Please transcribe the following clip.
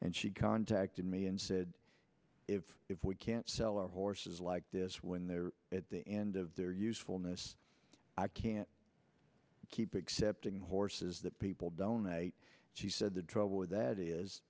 and she contacted me and said if if we can't sell our horses like this when they're at the end of their usefulness i can't keep except in horses that people donate she said the trouble with that is